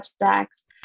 projects